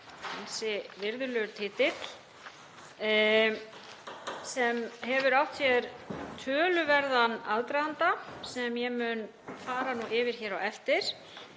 Ansi virðulegur titill. Það hefur átt sér töluverðan aðdraganda, sem ég mun fara yfir hér á eftir.